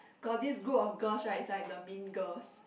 got this group of girls right is like the mean girls